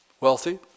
wealthy